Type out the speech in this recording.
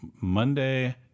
Monday